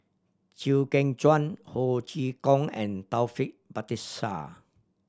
Chew Kheng Chuan Ho Chee Kong and Taufik Batisah